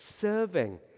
...serving